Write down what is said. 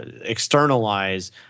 externalize